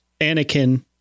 Anakin